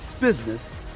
business